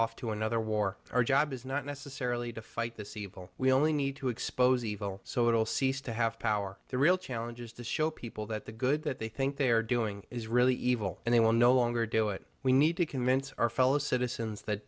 off to another war our job is not necessarily to fight this evil we only need to expose evil so it will cease to have power the real challenge is to show people that the good that they think they are doing is really evil and they will no longer do it we need to convince our fellow citizens that